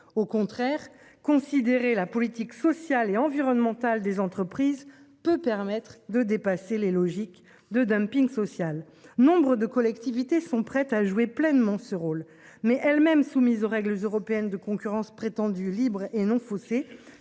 au contraire considérer la politique sociale et environnementale des entreprises peut permettre de dépasser les logiques de dumping social. Nombre de collectivités sont prêtes à jouer pleinement ce rôle mais elles-mêmes soumises aux règles européennes de concurrence prétendu libre et non faussée